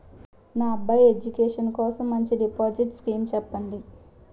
నా అబ్బాయి ఎడ్యుకేషన్ కోసం మంచి డిపాజిట్ స్కీం చెప్పండి